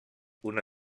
una